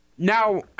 Now